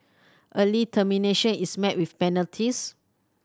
early termination is met with penalties